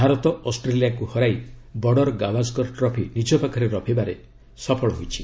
ଭାରତ ଅଷ୍ଟ୍ରେଲିଆକୁ ହରାଇ border Gavaskar trophy ନିଜ ପାଖରେ ରଖିବାରେ ସଫଳ ହୋଇଛି